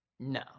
No